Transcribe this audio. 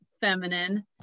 feminine